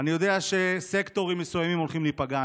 אני יודע שסקטורים מסוימים הולכים להיפגע.